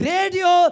Radio